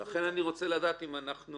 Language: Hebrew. לכן, אני רוצה לדעת האם אנחנו